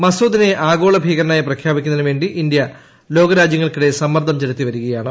മസൂദിനെ ആഗോള ഭീകരനായി പ്രഖ്യാപിക്കുന്നതിന് വേണ്ടി ഇന്ത്യ ലോകരാജ്യങ്ങൾക്കിടെ സമ്മർദ്ദം ചെലുത്തിവരികയാണ്